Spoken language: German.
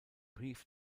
brief